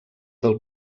del